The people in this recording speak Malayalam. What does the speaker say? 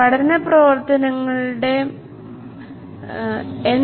പഠന പ്രവർത്തനങ്ങളുടെ മനപൂർവമായ ക്രമീകരണമാണിത്